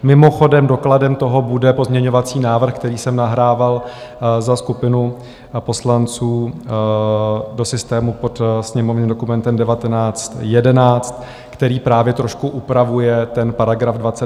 Mimochodem, dokladem toho bude pozměňovací návrh, který jsem nahrával za skupinu poslanců do systému pod sněmovním dokumentem 1911, který právě trošku upravuje ten § 22.